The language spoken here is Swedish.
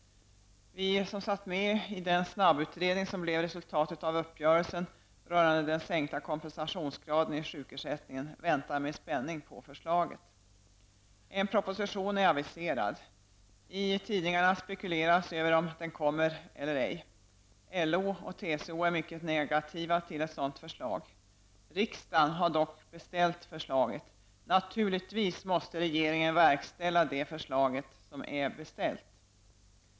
Vi som satt med i den snabbutredning som blev resultatet av uppgörelsen rörande sänkta kompensationsgraden i sjukersättningen väntar med spänning på förslaget. En proposition är aviserad. I tidningarna spekuleras över om den kommer eller ej. LO och TCO är mycket negativa till ett sådant förslag. Riksdagen har dock beställt förslaget. Naturligtvis måste regeringen lägga fram det förslag som är beställt.